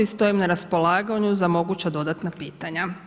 Stojim na raspolaganju za moguća dodatna pitanja.